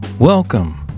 Welcome